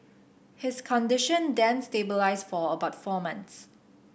his condition then stabilised for about four months